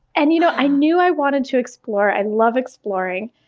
and you know i knew i wanted to explore, i love exploring,